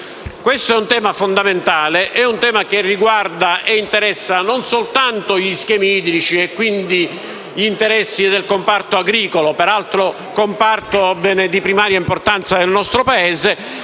Questo è un tema fondamentale, che riguarda e interessa non soltanto gli schemi idrici (quindi gli interessi del comparto agricolo, per altro di primaria importanza nel nostro Paese),